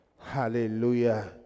Hallelujah